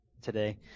today